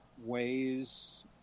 ways